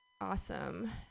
Awesome